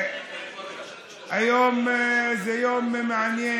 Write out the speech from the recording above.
היום זה יום מעניין.